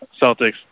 Celtics